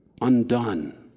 undone